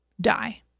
die